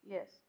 Yes